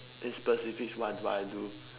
in specifics what do I do